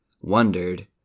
wondered